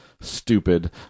stupid